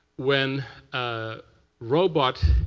when a robot,